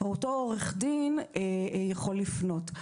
אותו עורך דין יכול לפנות.